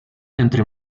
entre